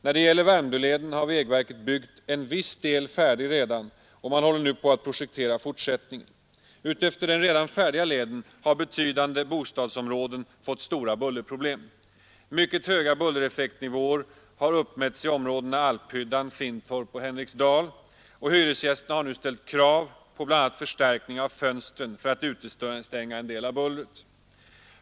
När det gäller Värmdöleden har vägverket redan byggt en viss del färdig, och man håller nu på att projektera fortsättningen. Utefter den redan färdiga leden har betydande bostadsområden fått stora bullerproblem. Mycket höga bullereffektsnivåer har uppmätts i områdena Alphyddan, Finntorp och Henriksdal, och hyresgästerna har nu ställt krav på bl.a. förstärkning av fönstren för att utestänga en del av bullret.